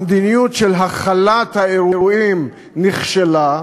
המדיניות של הכלת האירועים נכשלה,